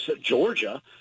Georgia